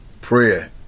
prayer